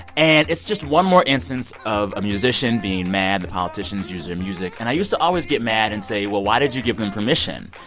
and it's just one more instance of a musician being mad that politicians use their music. and i used to always get mad and say, well, why did you give them permission?